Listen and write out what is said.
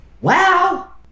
Wow